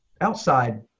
outside